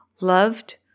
loved